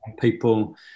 people